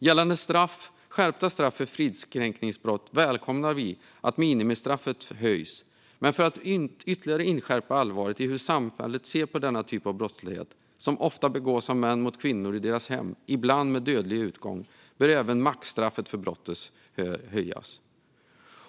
Gällande skärpta straff för fridskränkningsbrott välkomnar vi att minimistraffet höjs, men för att ytterligare inskärpa allvaret i hur samhället ser på denna typ av brottslighet, som ofta begås av män mot kvinnor i deras hem, ibland med dödlig utgång, bör även maxstraffet för brottet höjas.